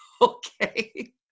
Okay